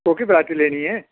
कोह्की वैरायटी लैनी ऐ